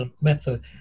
method